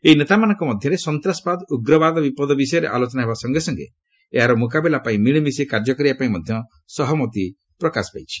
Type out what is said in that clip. ଏହି ନେତାମାନଙ୍କ ମଧ୍ୟରେ ସନ୍ତାସବାଦ ଓ ଉଗ୍ରବାଦ ବିପଦ ବିଷୟରେ ଆଲୋଚନା ହେବା ସଙ୍ଗେ ସଙ୍ଗେ ଏହାର ମୁକାବିଲା ପାଇଁ ମିଳିମିଶି କାର୍ଯ୍ୟ କରିବା ପାଇଁ ମଧ୍ୟ ସହମତି ପ୍ରକାଶ ପାଇଛି